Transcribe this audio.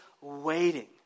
waiting